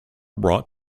brought